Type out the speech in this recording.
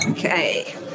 Okay